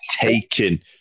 taken